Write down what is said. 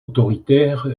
autoritaire